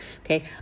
okay